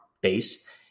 base